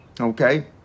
Okay